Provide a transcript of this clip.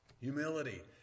Humility